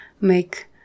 make